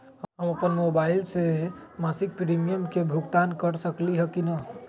हम अपन मोबाइल से मासिक प्रीमियम के भुगतान कर सकली ह की न?